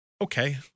okay